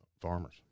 farmers